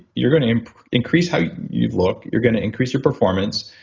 you're going to increase how you look, you're going to increase your performance.